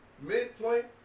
Midpoint